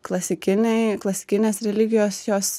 klasikiniai klasikinės religijos jos